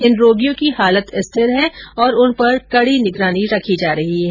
इन रोगियों की हालत स्थिर है और उन पर कड़ी निगरानी रखी जा रही है